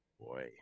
Boy